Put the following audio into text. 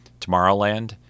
Tomorrowland